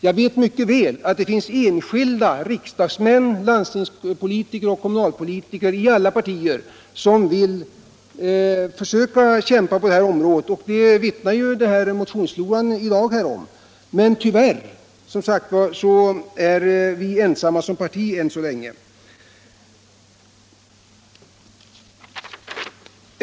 Jag vet mycket väl att det finns enskilda riksdagsmän, landstingspolitiker och kommunalpolitiker i alla partier som vill försöka kämpa på detta område, och det vittnar motionsfloran i dag om. Men tyvärr är vi som sagt ensamma som parti än så länge.